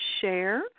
share